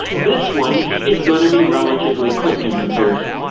this one is going to be relatively quick in comparison.